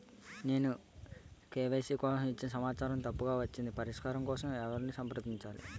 నేను కే.వై.సీ కోసం ఇచ్చిన సమాచారం తప్పుగా వచ్చింది పరిష్కారం కోసం ఎవరిని సంప్రదించాలి?